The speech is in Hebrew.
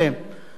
זה ביטוי,